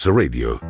radio